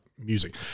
music